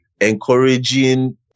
encouraging